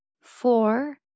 four